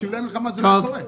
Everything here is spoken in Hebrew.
כי לולא המלחמה זה לא היה קורה.